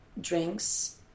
drinks